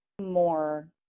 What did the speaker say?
more